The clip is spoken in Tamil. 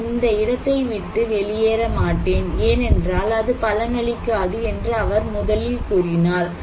நான் இந்த இடத்தை விட்டு வெளியேற மாட்டேன் ஏனென்றால் அது பலனளிக்காது என்று அவர் முதலில் கூறினார்